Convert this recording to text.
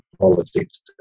politics